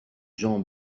jean